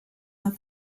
have